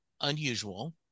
unusual